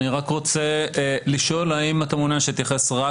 אני רק רוצה לשאול: האם אתה מעוניין שאתייחס רק